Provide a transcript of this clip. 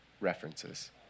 references